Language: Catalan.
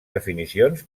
definicions